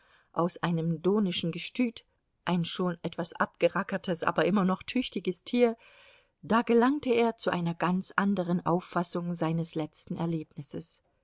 aus einem donischen gestüt ein schon etwas abgerackertes aber immer noch tüchtiges tier da gelangte er zu einer ganz anderen auffassung seines letzten erlebnisses